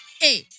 hey